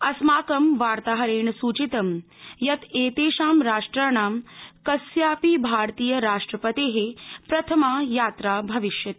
अस्मांक वार्ताहरेण सूचितं यत् एतेषां राष्ट्राणां कस्यापि भारतीय राष्ट्रपतेः प्रथमा यात्रा भविष्यति